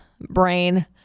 brain